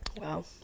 Wow